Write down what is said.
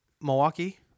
Milwaukee